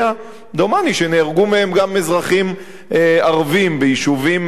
דומני שנהרגו מהם גם אזרחים ערבים ביישובים ערביים.